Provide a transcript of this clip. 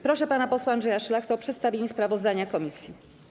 Proszę pana posła Andrzeja Szlachtę o przedstawienie sprawozdania komisji.